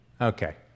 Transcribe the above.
Okay